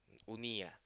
only ah